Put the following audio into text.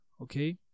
okay